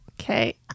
Okay